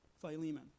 Philemon